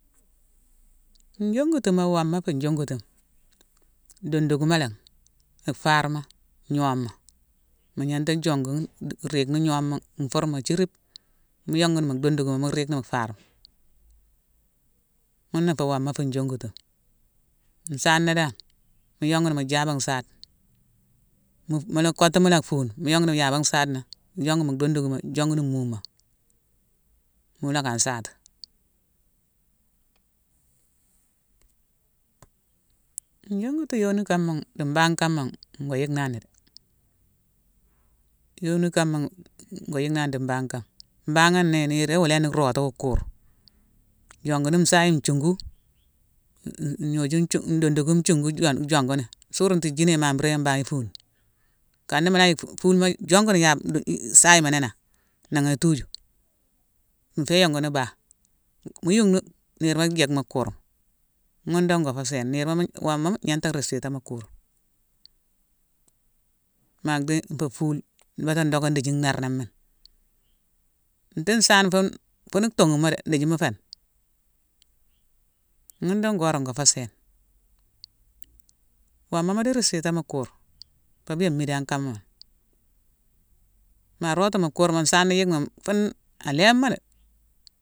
Njongutima, woma fu njongutima: donduguma laghi, di farma, gnooma. Mu gnanta jongughi di riini gnooma, nfurmo jirib, mu yonguni mhu donduguma, mu riini mu farma; ghuna nfé woma fu njongutima. Nsaana dan, mu yonguni mu jabe nsaade-mu-mu-kottu mula fuune, mu yonguni jabe nsaadena, mu yonguni mu donduguma, jonguni muuma, mu loo ka nsaaté. Njonguti yoni kama di mbagh kama, go yickna ni dé. Yoni kama ngo yickna di mbagh kama. Mbagha né niirone iwa léin ni rootu wu kurma. Yonguni nsaya nthiunku-n-ngnoju nthiunku-ndondugu nthiunku-jon-jonguni. Suruntu yé jiiné mamburéye mbagha ifuuni. Ikan na mula yick fu-fulma jonguni yabe-ndo-i-i sayama néna; nangha atuju. Mu fé yonguni bah. Mu yunghni, niirema jick mu kurma. Ghune dong ngo fé sééne. Niirma-mu-woma mu gnanta rispita mu kurma. Maa dhi nfa fuul, bata ndocké ndithi nnarnamhini. Nti nsaane fune, fune tughumo dé ndéthi mu féni. Ghune done gora ngo fé sééne. Woma mu di rispita mu kurma. Pabia mmidan kama. Ma rootu mu kurma, nsaana yickmo-m-fune aléin mo dé.